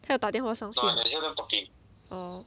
她有打电话上去 oh